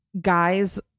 guys